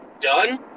done